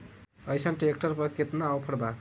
अइसन ट्रैक्टर पर केतना ऑफर बा?